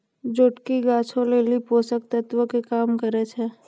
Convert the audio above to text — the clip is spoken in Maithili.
जोटकी गाछो लेली पोषक तत्वो के काम करै छै